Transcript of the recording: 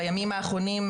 בימים האחרונים,